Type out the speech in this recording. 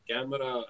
Camera